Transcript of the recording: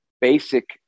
basic